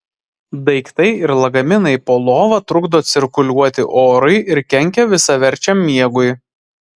daiktai ir lagaminai po lova trukdo cirkuliuoti orui ir kenkia visaverčiam miegui